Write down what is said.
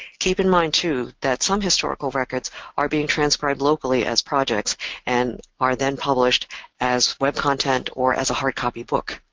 keep in mind too that some historical records are being transcribed locally as projects and are then published as web content or as a hard copy book.